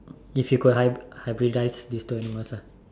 if you could hy~ hybridize these two animals ah